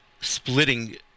splitting